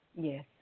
yes